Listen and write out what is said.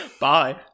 Bye